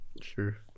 Sure